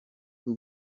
bwo